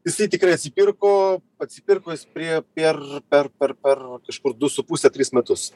jisai tikrai atsipirko atsipirko jis prie per per per per kažkur du su puse tris metus